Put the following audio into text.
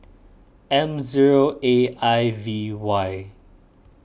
M zero A I V Y